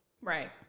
Right